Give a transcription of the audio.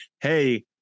Hey